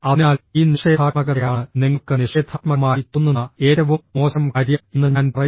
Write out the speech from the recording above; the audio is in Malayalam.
അതിനാൽ ഈ നിഷേധാത്മകതയാണ് നിങ്ങൾക്ക് നിഷേധാത്മകമായി തോന്നുന്ന ഏറ്റവും മോശം കാര്യം എന്ന് ഞാൻ പറയും